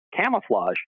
camouflage